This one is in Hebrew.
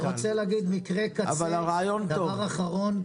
אני רוצה להציג מקרה קצה, דבר אחרון.